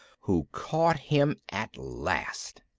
who caught him at last.